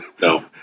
No